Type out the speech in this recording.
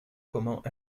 comment